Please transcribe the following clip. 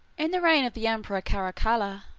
in the reign of the emperor caracalla,